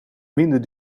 minder